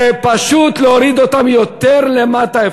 זה פשוט להוריד אותם עוד יותר למטה.